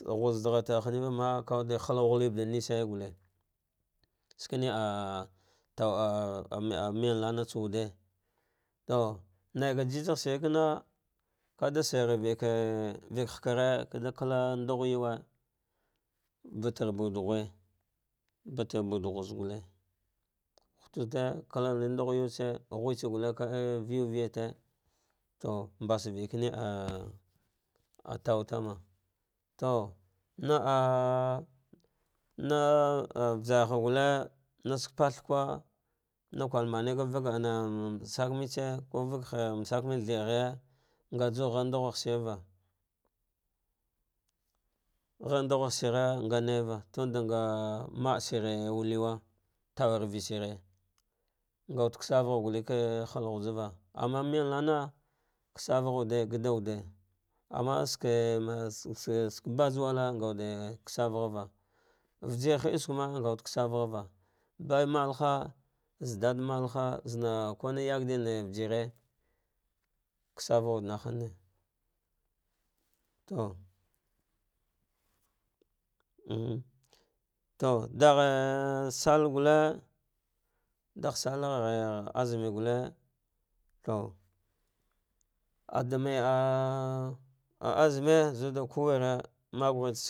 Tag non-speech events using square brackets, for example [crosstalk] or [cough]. Aghiz zaɗaraghar tarhine vvama kawuɗe nai shuhiba ɗa nisane gulle, sveene ah tauah [hesitation] melmana tsa wude to naiga jijigh shir kana kaɗa sar ghai viv kada kala ndugh yuwe bala bawd ghe batar baweɗ ghugulle, hutute katronai nɗngh yuwetse, guheetse gulle ka ab viyu viyate to mbas vienknu [hesitation] tautama to naah naah vajarha sulle naspaspa nakwa mume gavagh am masak metse ko vagh masakmetse thir ghara ghhar nchgha shiri nja naiva nasgiri kasavagha wuɗe gada wuɗe amma shiki hieske ma ngawnd, kasav ghava baimalhazaga ɗaɗi malka zama kune yagɗina vijire, kasausha wude nahne to [hesitation] nsha ɗaghle sallah gulle vagh salla gh azumi gulle to aɗɗanai [hesitation] azumi a zube kuweri mazu.